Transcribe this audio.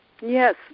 yes